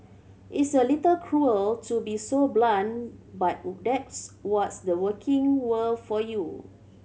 it's a little cruel to be so blunt but text was the working world for you